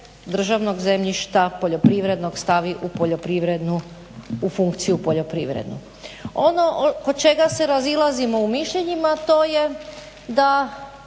državnog zemljišta, poljoprivrednog stavi u poljoprivredu, funkciju poljoprivrednu. Ono oko čega se razilazimo u mišljenjima to je da